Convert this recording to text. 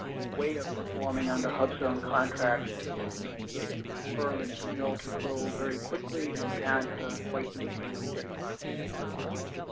a way of performing under hubzone contracts if the firm is compelled to grow very quickly and cant quite maintain the thirty five percent requirement.